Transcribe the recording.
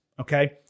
okay